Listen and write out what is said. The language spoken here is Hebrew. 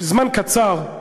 זמן קצר,